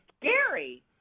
scary